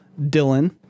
Dylan